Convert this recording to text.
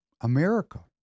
America